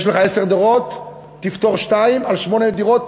יש לך עשר דירות, תפטור שתיים, על שמונה דירות